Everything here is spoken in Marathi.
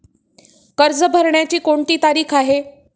कर्ज भरण्याची कोणती तारीख आहे?